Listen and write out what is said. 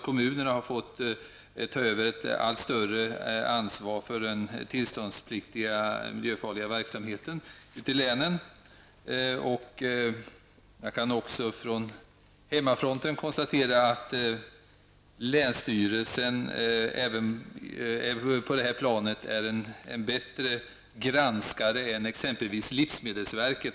Kommunerna har fått ta över ett allt större ansvar för den tillståndspliktiga miljöfarliga verksamheten i länen. Jag kan från hemmafronten konstatera att länsstyrelsen är på det planet en bättre granskare än t.ex. livsmedelsverket.